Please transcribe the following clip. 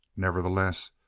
nevertheless,